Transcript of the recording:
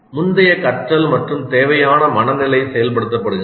முந்தைய கற்றல் மற்றும் தேவையான மனநிலை செயல்படுத்தப்படுகின்றன